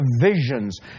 visions